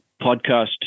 podcast